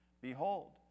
Behold